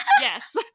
Yes